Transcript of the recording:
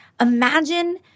imagine